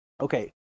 Okay